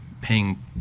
paying